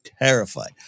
terrified